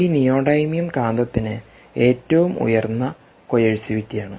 ഈ നിയോഡൈമിയംകാന്തത്തിന് ഏറ്റവും ഉയർന്ന കോയേഴ്സിവിറ്റിയാണ്